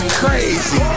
crazy